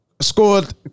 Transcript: Scored